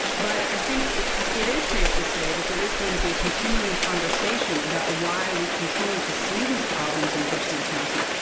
but i think it is safe to say that there is going to be continuing conversation about why we continue to see these problems in richland county,